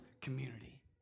community